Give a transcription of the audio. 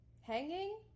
hanging